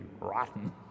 rotten